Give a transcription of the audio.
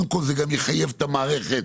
זה יחייב את המערכת,